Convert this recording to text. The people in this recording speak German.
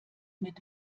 mit